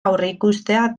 aurreikustea